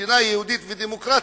מדינה יהודית ודמוקרטית,